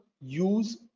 use